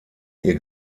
ihr